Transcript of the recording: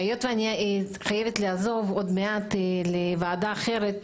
היות ואני חייבת לעזוב עוד מעט לוועדה אחרת,